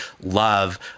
love